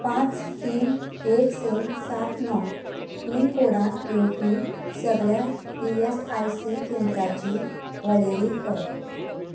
पांच तीन एक स सात णव पीन कोडांत येवपी सगळ्या ई एस आय सी केंद्राची वळेरी कर